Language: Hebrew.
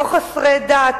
לא חסרי דת,